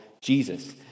Jesus